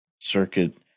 circuit